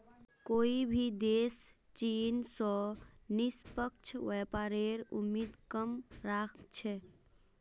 कोई भी देश चीन स निष्पक्ष व्यापारेर उम्मीद कम राख छेक